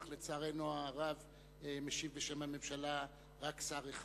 אך לצערנו הרב משיב בשם הממשלה רק שר אחד.